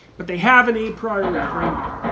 but they have an a priori framework.